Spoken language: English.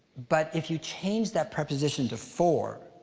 but if you change that preposition to for,